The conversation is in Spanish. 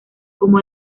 como